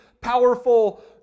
powerful